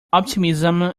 optimism